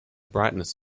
brightness